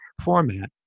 format